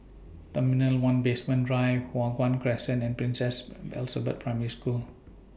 Terminal one Basement Drive Hua Guan Crescent and Princess Elizabeth Primary School